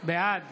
בעד